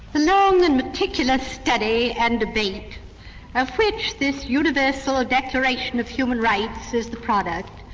the long and meticulous study and debate of which this universal ah declaration of human rights is the product,